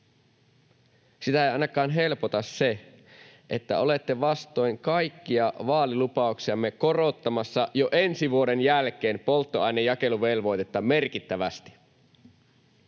Sitä ei ainakaan helpota se, että olette vastoin kaikkia vaalilupauksianne korottamassa jo ensi vuoden jälkeen polttoaineen jakeluvelvoitetta merkittävästi.